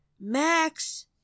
Max